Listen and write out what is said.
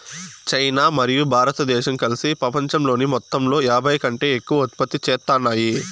China మరియు భారతదేశం కలిసి పపంచంలోని మొత్తంలో యాభైకంటే ఎక్కువ ఉత్పత్తి చేత్తాన్నాయి